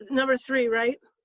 number three, right?